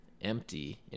empty